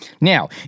Now